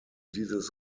dieses